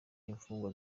imfungwa